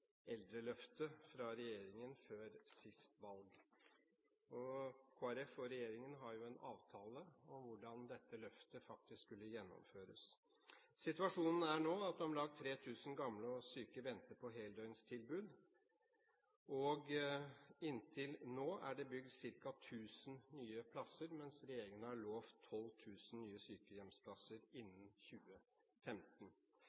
eldreløftet fra regjeringen før siste valg. Kristelig Folkeparti og regjeringen har en avtale om hvordan dette løftet skulle gjennomføres. Situasjonen er nå at om lag 3 000 gamle og syke venter på heldøgnstilbud. Inntil nå er det bygd ca. 1 000 nye plasser, mens regjeringen har lovet 12 000 nye sykehjemsplasser